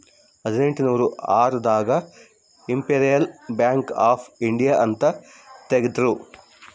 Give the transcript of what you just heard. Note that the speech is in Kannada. ಹದಿನೆಂಟನೂರ ಆರ್ ದಾಗ ಇಂಪೆರಿಯಲ್ ಬ್ಯಾಂಕ್ ಆಫ್ ಇಂಡಿಯಾ ಅಂತ ತೇಗದ್ರೂ